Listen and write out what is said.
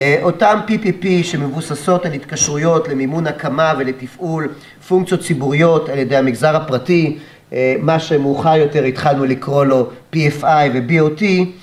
אותם PPP שמבוססות על התקשרויות למימון הקמה ולתפעול פונקציות ציבוריות על ידי המגזר הפרטי מה שמאוחר יותר התחלנו לקרוא לו PFI ו-BOT